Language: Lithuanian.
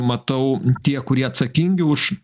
matau tie kurie atsakingi už